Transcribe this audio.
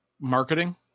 marketing